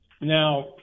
now